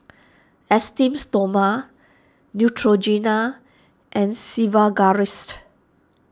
Esteems Stoma Neutrogena and Sigvaris